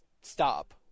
stop